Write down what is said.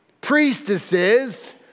priestesses